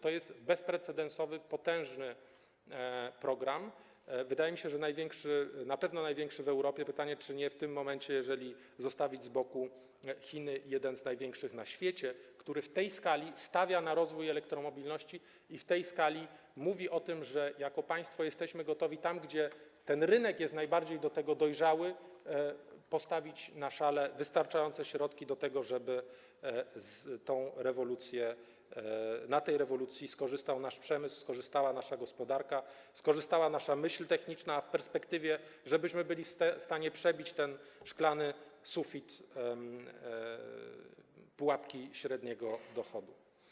To jest bezprecedensowy potężny program, wydaje mi się, że na pewno największy w Europie, pytanie, czy w tym momencie, jeżeli zostawić z boku Chiny, nie jeden z największych na świecie, który w tej skali stawia na rozwój elektromobilności i w tej skali mówi o tym, że jako państwo jesteśmy gotowi, tam gdzie ten rynek jest najbardziej do tego dojrzały, położyć na szali wystarczające środki do tego, żeby na tej rewolucji skorzystał nasz przemysł, skorzystała nasza gospodarka, skorzystała nasza myśl techniczna, a w perspektywie, żebyśmy byli w stanie przebić ten szklany sufit pułapki średniego dochodu.